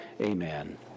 Amen